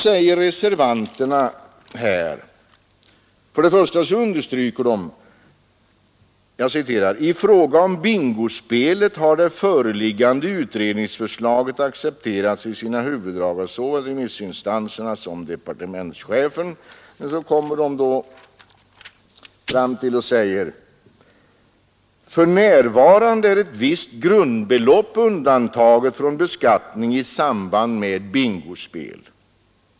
Reservanterna säger: ”I fråga om bingospelet har det föreliggande utredningsförslaget accepterats i sina huvuddrag av såväl remissinstanserna som departementschefen. ——— För närvarande är ett visst grundbelopp undantaget från beskattning i samband med bingospel.